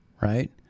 right